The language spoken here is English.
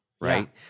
Right